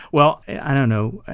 well, i don't know.